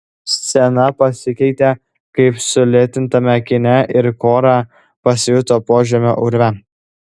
scena pasikeitė kaip sulėtintame kine ir kora pasijuto požemio urve